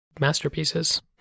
masterpieces